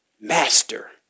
master